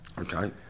Okay